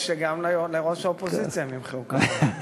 שגם לראש האופוזיציה הם ימחאו כפיים.